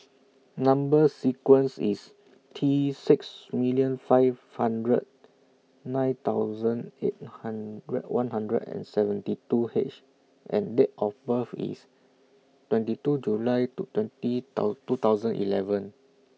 Number sequence IS T six million five hundred nine thousand eight hundred one hundred and seventy two H and Date of birth IS twenty two July two twenty two thousand eleven